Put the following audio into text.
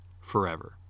forever